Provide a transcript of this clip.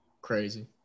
Crazy